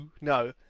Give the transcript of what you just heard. No